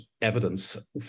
evidence